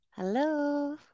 Hello